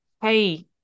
hey